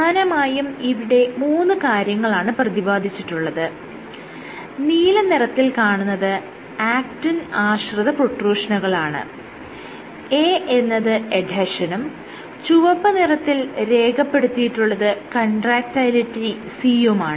പ്രധാനമായും ഇവിടെ മൂന്ന് കാര്യങ്ങളാണ് പ്രതിപാദിച്ചിട്ടുള്ളത് നീലനിറത്തിൽ കാണുന്നത് ആക്റ്റിൻ ആശ്രിത പ്രൊട്രൂഷനുകളാണ് A എന്നത് എഡ്ഹെഷനും ചുവപ്പ് നിറത്തിൽ രേഖപ്പെടുത്തിയിട്ടുള്ളത് കൺട്രാക്ടയിലിറ്റി C യുമാണ്